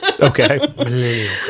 okay